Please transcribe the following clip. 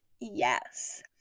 yes